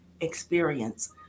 experience